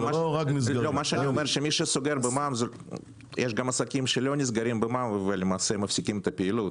יש עסקים גם שלא נסגרים במע"מ אבל מפסיקים את הפעילות.